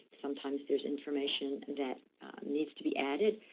sometimes there's information that needs to be added,